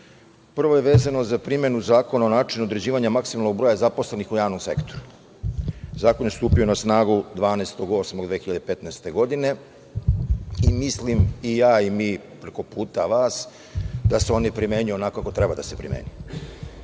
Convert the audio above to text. je vezano za primenu Zakona o načinu određivanja maksimalnog broja zaposlenih u javnom sektoru. Zakon je stupio na snagu 12.08.2015. godine i mislim i ja i mi preko puta vas, da su oni primenjuju onako kako treba da se primenjuju,